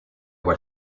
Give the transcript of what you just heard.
were